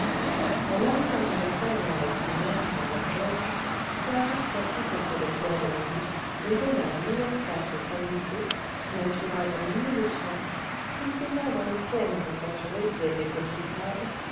en arrivant dans le salon avec sa mère et mme georges clara s'assit auprès de fleur de marie lui donna la meilleure place au coin du feu l'entoura de mille soins prit ses mains dans les siennes pour s'assurer si elles n'étaient plus froides